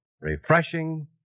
refreshing